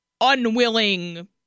unwilling